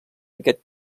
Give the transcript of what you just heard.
aquest